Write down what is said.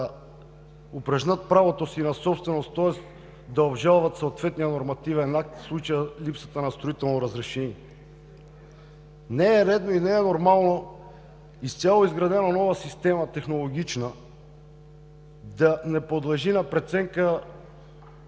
да упражнят правото си на собственост, тоест да обжалват съответния нормативен акт – в случая липсата на строително разрешение. Не е редно и не е нормално изцяло изградена нова технологична система да не подлежи на преценка